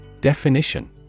Definition